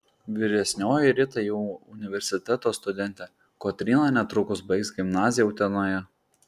vyresnioji rita jau universiteto studentė kotryna netrukus baigs gimnaziją utenoje